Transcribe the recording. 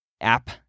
app